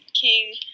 King